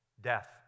death